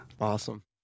awesome